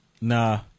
Nah